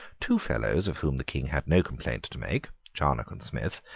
two fellows of whom the king had no complaint to make, charnock and smith,